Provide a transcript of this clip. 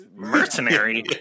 Mercenary